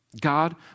God